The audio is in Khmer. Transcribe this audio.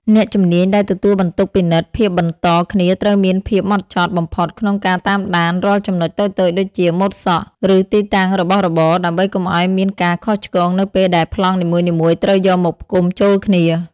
អ្នកជំនាញដែលទទួលបន្ទុកពិនិត្យភាពបន្តគ្នាត្រូវមានភាពហ្មត់ចត់បំផុតក្នុងការតាមដានរាល់ចំណុចតូចៗដូចជា ម៉ូដសក់ ឬទីតាំងរបស់របរ ដើម្បីកុំឱ្យមានការខុសឆ្គងនៅពេលដែលប្លង់នីមួយៗត្រូវយកមកផ្គុំចូលគ្នា។